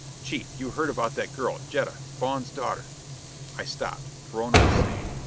chief, you heard about that girl, jetta, spawn's daughter i stopped. perona was saying,